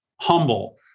humble